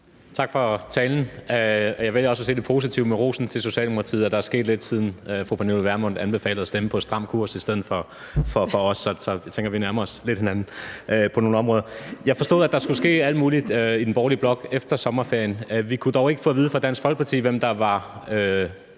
Tak for talen, og jeg vælger også at se det positivt med rosen til Socialdemokratiet, og at der er sket lidt, siden fru Pernille Vermund anbefalede at stemme på Stram Kurs i stedet for os. Så jeg tænker, at vi nærmer os hinanden lidt på nogle områder. Jeg forstod, at der skulle ske alt muligt i den borgerlige blok efter sommerferien. Vi kunne dog ikke få at vide fra Dansk Folkeparti, hvem der var